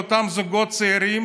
לאותם זוגות צעירים